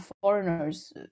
foreigners